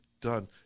done